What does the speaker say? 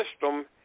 system